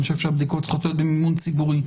אני חושב שהבדיקות צריכות להיות במימון ציבורי,